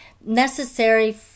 necessary